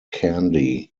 kandy